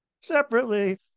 Separately